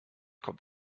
kommt